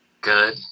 Good